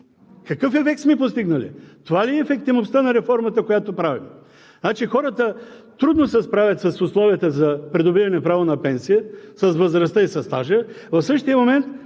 Какъв ефект сме постигнали? Това ли е ефективността на реформата, която правим? Хората трудно се справят с условията за придобиване право на пенсия с възрастта и със стажа,